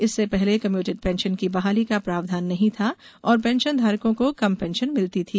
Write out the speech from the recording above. इससे पहले commuted pension की बहाली का प्रावधान नहीं था और पेंशनधारकों को कम पेंशन मिलती थी